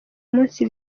munsi